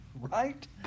Right